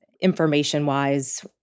information-wise